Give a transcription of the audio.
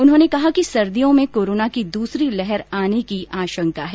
उन्होंने कहा कि सर्दियों में कोरोना की दूसरी लहर आने की आशंका है